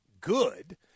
good